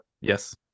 Yes